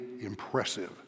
impressive